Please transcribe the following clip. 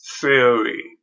theory